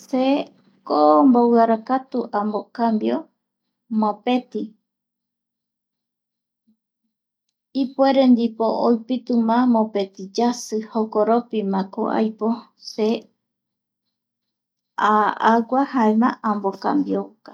Se koo mboviarakatu amocambio mopeti ipuere ndipo oupitima mopeti yasi jokoropimako aipo se agua jaema amocambiota